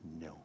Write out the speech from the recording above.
No